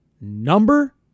number